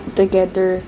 together